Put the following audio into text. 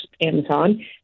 amazon